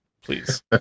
Please